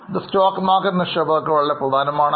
ഇത് stock market നിക്ഷേപകർക്ക് വളരെ പ്രധാനമാണ്